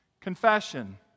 Confession